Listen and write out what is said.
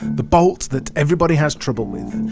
the bolt that everybody has trouble with.